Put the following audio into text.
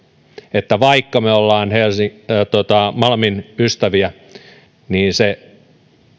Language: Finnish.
että vaikka me olemme malmin ystäviä niin se